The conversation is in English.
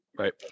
Right